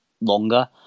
longer